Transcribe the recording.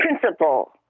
principal